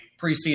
preseason